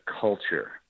culture